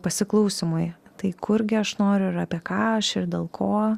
pasiklausymui tai kurgi aš noriu ir apie ką aš ir dėl ko